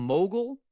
Mogul